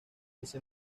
este